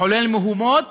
לחולל מהומות